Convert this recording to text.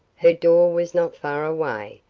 her door was not far away,